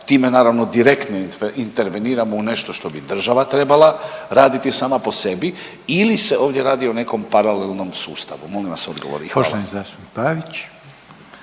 time naravno direktno interveniramo u nešto što bi država trebala raditi sama po sebi ili se ovdje radi o nekom paralelnom sustavu? Molim vas odgovor i hvala.